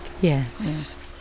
Yes